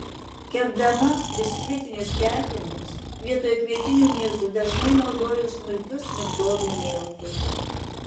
kepdama biskvitinius kepinius vietoj kvietinių miltų dažnai naudoju smulkius migdolų miltus